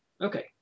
Okay